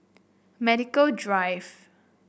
Medical Drive